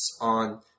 on